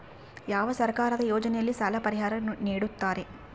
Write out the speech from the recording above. ಯಾವ ಸರ್ಕಾರದ ಯೋಜನೆಯಲ್ಲಿ ಸಾಲ ಪರಿಹಾರ ನೇಡುತ್ತಾರೆ?